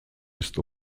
ist